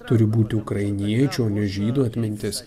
turi būti ukrainiečių ne žydų atmintis